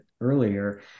earlier